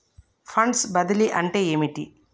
Funds బదిలీ అంటే ఏమిటి?